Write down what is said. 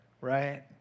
Right